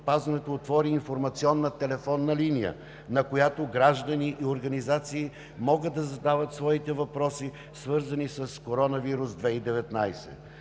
здравеопазването отвори информационна телефонна линия, на която граждани и организации могат да задават своите въпроси, свързани с коронавирус 2019.